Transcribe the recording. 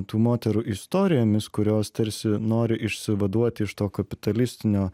tų moterų istorijomis kurios tarsi nori išsivaduoti iš to kapitalistinio